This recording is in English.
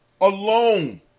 alone